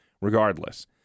regardless